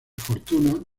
fortuna